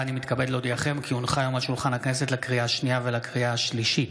שולחן הכנסת, לקריאה השנייה ולקריאה השלישית: